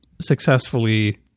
successfully